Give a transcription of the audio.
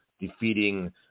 defeating